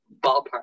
ballpark